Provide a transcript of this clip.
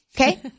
okay